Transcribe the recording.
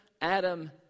Adam